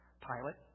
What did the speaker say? pilot